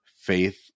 faith